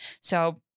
So-